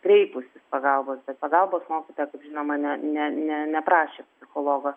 kreipusis pagalbos bet pagalbos mokytoja kaip žinoma ne ne ne neprašė psichologo